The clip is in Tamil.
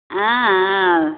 ஆ ஆ